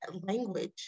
language